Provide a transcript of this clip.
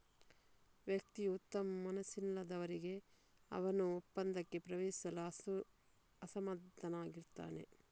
ವ್ಯಕ್ತಿಯು ಉತ್ತಮ ಮನಸ್ಸಿನವರಲ್ಲದಿದ್ದರೆ, ಅವನು ಒಪ್ಪಂದಕ್ಕೆ ಪ್ರವೇಶಿಸಲು ಅಸಮರ್ಥನಾಗಿರುತ್ತಾನೆ